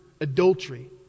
adultery